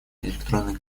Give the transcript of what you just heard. электронной